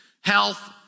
Health